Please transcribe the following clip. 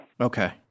Okay